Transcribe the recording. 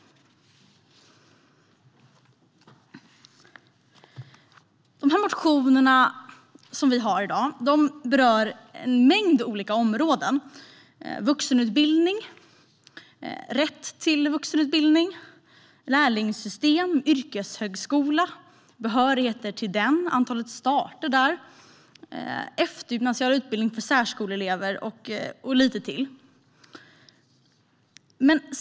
Motionerna som vi har att behandla i dag berör en mängd olika områden: rätt till vuxenutbildning, lärlingssystem, yrkeshögskola - behörighet till den och antalet starter - eftergymnasial utbildning för särskoleelever och lite till.